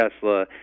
Tesla